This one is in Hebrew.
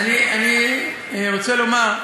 אני רוצה לומר,